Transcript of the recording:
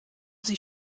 sie